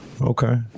okay